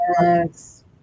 Yes